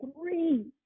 three